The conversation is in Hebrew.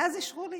ואז אישרו לי.